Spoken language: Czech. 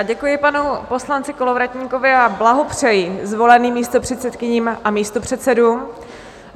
Děkuji poslanci Kolovratníkovi a blahopřeji zvoleným místopředsedkyním a místopředsedům.